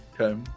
Okay